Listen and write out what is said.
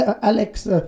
Alex